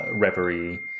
reverie